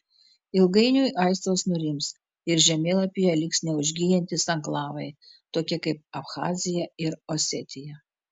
ilgainiui aistros nurims ir žemėlapyje liks neužgyjantys anklavai tokie kaip abchazija ir osetija